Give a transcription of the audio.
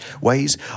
ways